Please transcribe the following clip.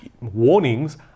warnings